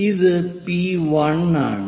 ഇത് പി 1 ആണ്